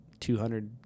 200